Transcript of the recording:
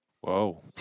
Whoa